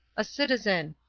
a citizen.